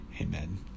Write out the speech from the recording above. Amen